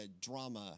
drama